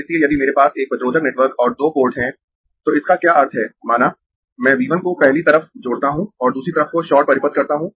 इसलिए यदि मेरे पास एक प्रतिरोधक नेटवर्क और दो पोर्ट है तो इसका क्या अर्थ है माना मैं V 1 को पहली तरफ जोड़ता हूं और दूसरी तरफ को शॉर्ट परिपथ करता हूँ